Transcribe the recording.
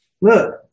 Look